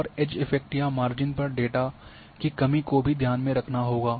और edge effect या margin पर डाटा की कमी को भी ध्यान में रखना होगा